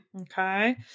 Okay